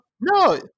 No